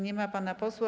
Nie ma pana posła.